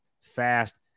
fast